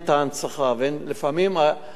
ולפעמים הכתבים,